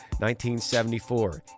1974